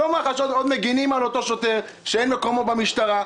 עוד מגנים על אותו שוטר שאין מקומו במשטרה,